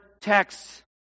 texts